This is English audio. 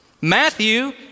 Matthew